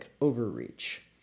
overreach